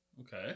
Okay